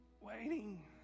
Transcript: Waiting